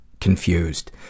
confused